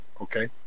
okay